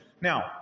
Now